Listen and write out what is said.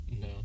No